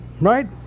right